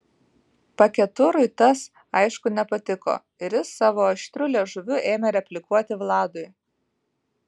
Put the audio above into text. paketurui tas aišku nepatiko ir jis savo aštriu liežuviu ėmė replikuoti vladui